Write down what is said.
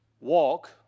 walk